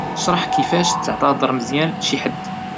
اشرح كيفاش تعتذر مزيان لشي حد.